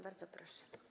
Bardzo proszę.